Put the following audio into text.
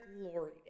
glory